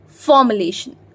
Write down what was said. formulation